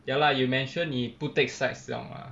ya lah you mentioned 你不 take sides 了 mah